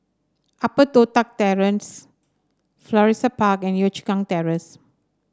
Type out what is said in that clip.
Upper Toh Tuck Terrace Florissa Park and Yio Chu Kang Terrace